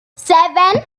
seven